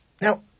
Now